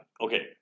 okay